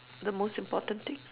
the most important things